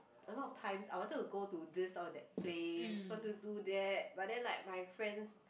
a lot of times I wanted to go to this or that place want to do that but then like my friends